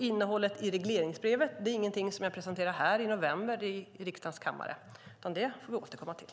Innehållet i regleringsbrevet är ingenting som jag presenterar nu i november i riksdagens kammare, utan det får vi återkomma till.